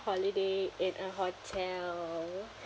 holiday in a hotel